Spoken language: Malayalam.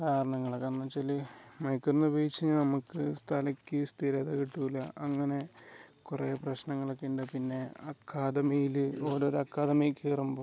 കാരണങ്ങളൊക്ക എന്നു വച്ചാൽ മയക്ക് മരുന്ന് ഉപയോഗിച്ചു കഴിഞ്ഞാൽ നമ്മൾക്ക് തലയ്ക്ക് സ്ഥിരത കിട്ടില്ല അങ്ങനെ കുറേ പ്രശ്നങ്ങളൊക്കെ ഉണ്ട് പിന്നെ അക്കാദമിയിൽ ഓരോരോ അക്കാദമി കയറുമ്പോൾ